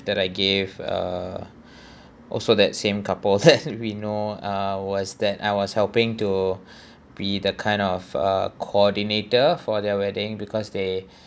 that I gave uh also that same couples we know uh was that I was helping to be the kind of uh coordinator for their wedding because they